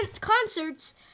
concerts